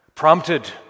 Prompted